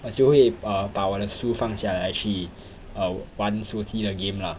我就会 err 把我的书放下来去 err 玩手机的 game lah